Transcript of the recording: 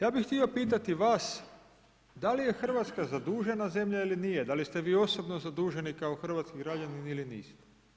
Ja bih htio pitati vas da li je Hrvatska zadužena zemlja ili nije, da li ste vi osobno zaduženi kao hrvatski građanin ili niste?